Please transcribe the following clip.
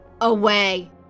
away